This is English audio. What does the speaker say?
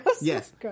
Yes